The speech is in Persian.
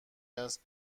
است